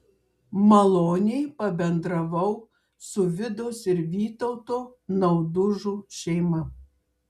maloniai pabendravau su vidos ir vytauto naudužų šeima